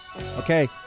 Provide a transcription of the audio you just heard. Okay